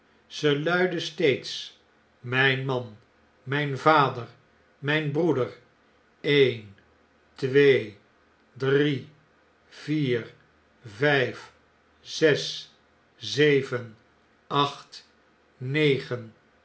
luidden steeds mijn man rmjn vader mn'n broeder een twee drie vier vijf zes zeven acht